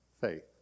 faith